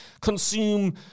consume